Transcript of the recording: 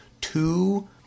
two